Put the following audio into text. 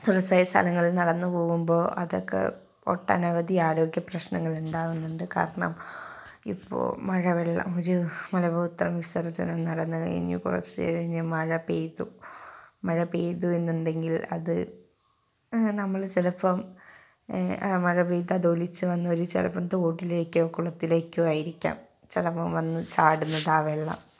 തുറസായ സ്ഥലങ്ങളിൽ നടന്നു പോകുമ്പോൾ അതൊക്കെ ഒട്ടനവധി ആരോഗ്യ പ്രശ്നങ്ങൾ ഉണ്ടാവുന്നുണ്ട് കാരണം ഇപ്പോൾ മഴവെള്ളം ഒരു മലമൂത്ര വിസർജനം നടന്നു കഴിഞ്ഞു കുറച്ചു കഴിഞ്ഞു മഴ പെയ്തു മഴ പെയ്തു എന്നുണ്ടെങ്കിൽ അത് നമ്മൾ ചിലപ്പം ആ മഴ പെയ്തതൊലിച്ചു വന്നു ഒരു ചിലപ്പം തോട്ടിലേക്കോ കുളത്തിലേക്കോ ആയിരിക്കാം ചിലപ്പം വന്നു ചാടുന്നത് ആ വെള്ളം